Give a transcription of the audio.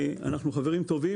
אנחנו חברים טובים,